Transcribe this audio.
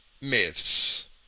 myths